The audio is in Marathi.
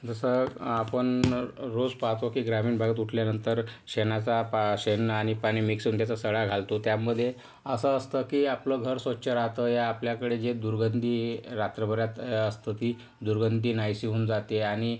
जसं आपण रोज पाहतो की ग्रामीण भागात उठल्यानंतर शेणाचा पा शेण आणि पाणी मिक्स होऊन त्याचं सडा घालतो त्यामध्ये असं असतं की आपलं घर स्वच्छ राहतं या आपल्याकडे जे दुर्गंधी रात्रभरात असतं ती दुर्गंधी नाहिशी होऊन जाते आणि